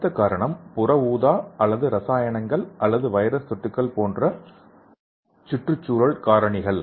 அடுத்த காரணம் UV அல்லது இரசாயனங்கள் அல்லது வைரஸ் தொற்றுகள் போன்ற சுற்றுச்சூழல் காரணிகள்